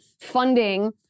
funding